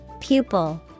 Pupil